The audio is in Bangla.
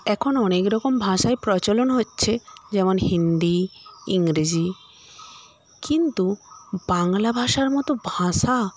এখন অনেক রকম ভাষাই প্রচলন হচ্ছে যেমন হিন্দি ইংরেজি কিন্তু বাংলা ভাষার মত ভাষা